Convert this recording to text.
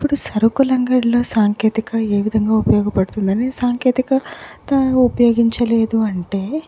ఇప్పుడు సరుకుల అంగడిలో సాంకేతికత ఏ విధంగా ఉపయోగపడుతుంది అని సాంకేతికత ఉపయోగించలేదు అంటే